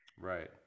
Right